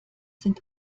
sind